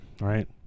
right